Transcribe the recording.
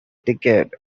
decade